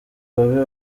babe